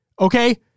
okay